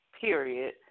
period